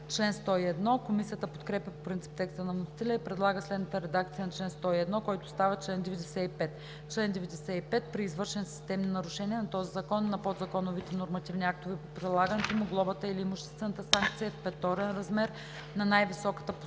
Комисията подкрепя по принцип текста на вносителя и предлага следната редакция на чл. 101, който става чл. 95: „Чл. 95. За извършване на системни нарушения на този закон и на подзаконовите нормативни актове по прилагането му глобата или имуществената санкция е в петорен размер на най-високата поставена